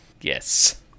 Yes